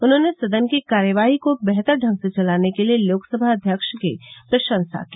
उन्होंने सदन की कार्यवाही को बेहतर ढंग से चलाने के लिए लोकसभा अध्यक्ष की प्रशंसा की